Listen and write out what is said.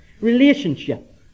relationship